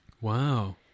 Wow